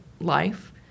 life